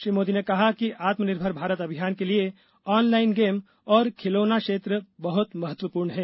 श्री मोदी ने कहा कि आत्मनिर्भर भारत अभियान के लिए ऑनलाइन गेम और खिलौना क्षेत्र बहुत महत्वपूर्ण हैं